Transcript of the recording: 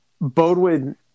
Bodwin